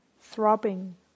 throbbing